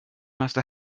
must